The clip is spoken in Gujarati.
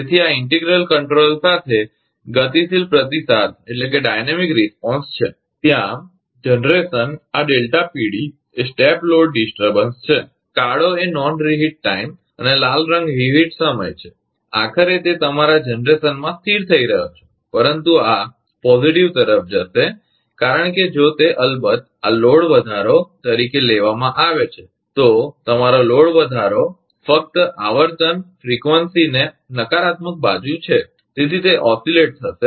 તેથી આ ઇન્ટિગ્રલ કંટ્રોલર સાથે ગતિશીલ પ્રતિસાદ ડાયનેમિક રિસ્પોન્સ છે ત્યાં જનરેશન આ એ સ્ટેપ લોડ ડિસ્ટર્બન્સ છે અને કાળો એ નોન રિહિટ ટાઇમ અને લાલ રંગ રિહિટ સમય છે આખરે તે તમારા જનરેશનમાં સ્થિર થઈ રહ્યો છે પરંતુ આ સકારાત્મક તરફ જશે કારણ કે જો તે અલબત્ત આ લોડ વધારો તરીકે લેવામાં આવે છે તો તમારો લોડ વધારો ફક્ત આવર્તનફ્રિકવંસીને નકારાત્મક બાજુ બતાવે છે પછી તે ઓસિલેટ થશે